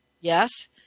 yes